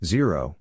Zero